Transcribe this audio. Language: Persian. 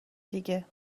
دیگه